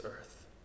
earth